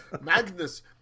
Magnus